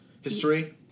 History